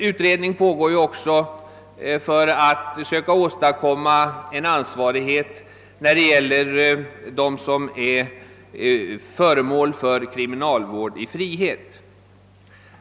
Utredning pågår också för att försöka åstadkomma en ansvarighet när det gäller dem som är föremål för kriminalvård i frihet.